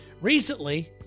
Recently